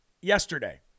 yesterday